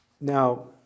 Now